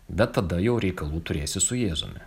bet tada jau reikalų turėsi su jėzumi